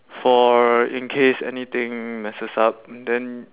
for in case anything messes up then